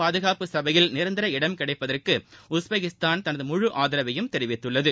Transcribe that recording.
பாதுகாப்பு சபையில் நிரந்தர இடம் கிடைப்பதற்கு உஸ்பெகிஸ்தான் தனது முழு ஆதரவையும் தெரிவித்துள்ளது